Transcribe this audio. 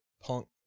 punk